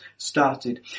Started